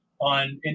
on